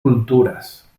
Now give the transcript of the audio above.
culturas